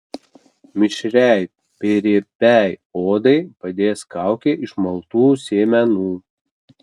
mišriai bei riebiai odai padės kaukė iš maltų sėmenų